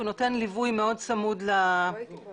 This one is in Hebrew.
הוא נותן ליווי צמוד לנאשם,